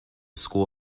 school